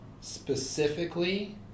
specifically